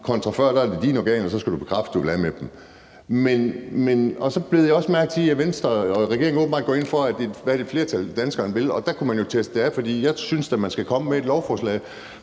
kontra før, hvor det var dine organer, og hvor du så skulle bekræfte, at du ville af med dem. Så bed jeg også mærke i, at Venstre og regeringen åbenbart går ind for, hvad et flertal af danskerne vil, og der kunne man jo teste det af, for jeg synes da, man skal komme med et lovforslag.